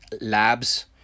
labs